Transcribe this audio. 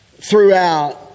throughout